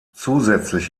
zusätzlich